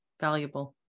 valuable